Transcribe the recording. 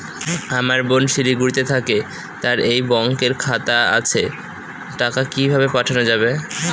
আমার বোন শিলিগুড়িতে থাকে তার এই ব্যঙকের খাতা আছে টাকা কি ভাবে পাঠানো যাবে?